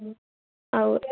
ಹೌದ